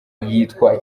yitwa